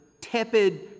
tepid